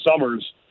summers